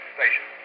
Station